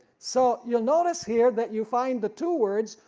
so you'll notice here that you find the two words,